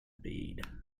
bead